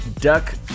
duck